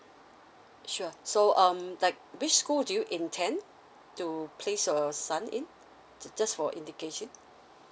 sure so um like which school do you intend to place your son in just for indication